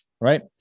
right